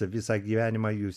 visą gyvenimą jūs